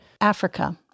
Africa